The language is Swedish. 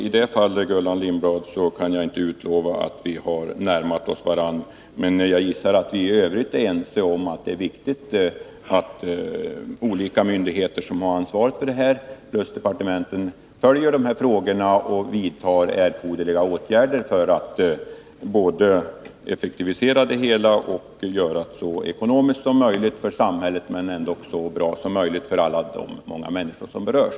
I det fallet, Gullan Lindblad, kan jag inte se att vi har närmat oss varandra. Men jag gissar att vi i övrigt är ense om att det är viktigt att olika myndigheter som har ansvaret i detta sammanhang, plus departementet, följer dessa frågor och vidtar erforderliga åtgärder för att både effektivisera det hela och göra det så ekonomiskt som möjligt för samhället men ändå så bra som möjligt för alla de många människor som berörs.